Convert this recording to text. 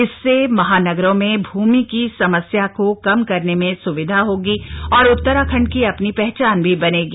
इससे महानगरों में भूमि की समस्या को कम करने में सुविधा होगी और उत्तराखण्ड की अपनी पहचान भी बनेगी